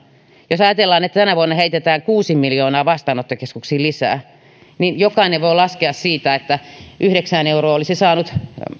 ja jos ajatellaan että tänä vuonna heitetään kuusi miljoonaa vastaanottokeskuksiin lisää niin jokainen voi laskea siitä että yhdeksään euroon olisi saanut